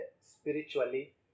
spiritually